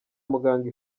muganga